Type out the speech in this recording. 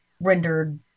rendered